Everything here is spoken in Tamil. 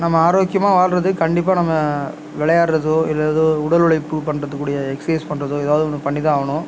நம்ம ஆரோக்கியமாக வாழ்கிறதுக் கண்டிப்பாக நம்ம விளையாடுகிறதோ இல்லை எதோ உடல் உழைப்பு பண்ணுறதுக்கூடிய எக்ஸைஸ் பண்ணுறதோ எதாவது ஒன்று பண்ணிதான் ஆகணும்